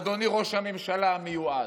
אדוני ראש הממשלה המיועד,